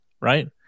right